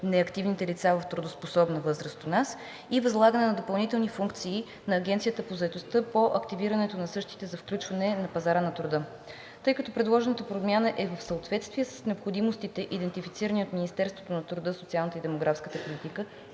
неактивните лица в трудоспособна възраст у нас и възлагане на допълнителни функции на Агенцията по заетостта по активирането на същите за включване на пазара на труда. Тъй като предложената промяна е в съответствие с необходимостите, идентифицирани от Министерството на труда и социалната политика